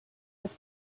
his